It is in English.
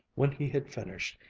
when he had finished,